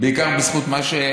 בעיקר בזכות מה?